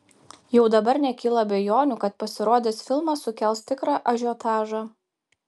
jau dabar nekyla abejonių kad pasirodęs filmas sukels tikrą ažiotažą